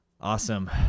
Awesome